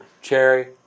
cherry